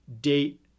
date